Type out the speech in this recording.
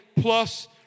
plus